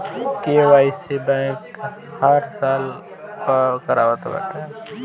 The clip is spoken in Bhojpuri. के.वाई.सी बैंक हर साल पअ करावत बाटे